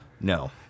No